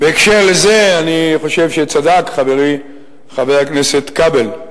בקשר לזה אני חושב שצדק חברי חבר הכנסת כבל.